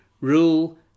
rule